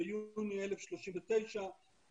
ביוני 1,039,